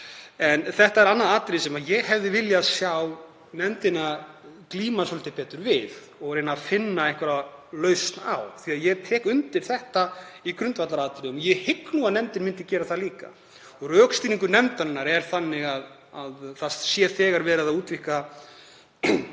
En þetta er annað atriði sem ég hefði viljað sjá nefndina glíma svolítið betur við og reyna að finna einhverja lausn á, því að ég tek undir þetta í grundvallaratriðum, ég hygg nú að nefndin myndi gera það líka. Rökstuðningur nefndarinnar er þannig að þegar sé verið að útvíkka